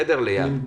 חדר ליד?